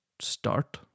start